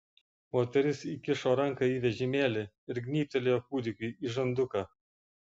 moteris įkišo ranką į vežimėlį ir gnybtelėjo kūdikiui į žanduką